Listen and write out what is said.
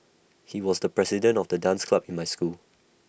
he was the president of the dance club in my school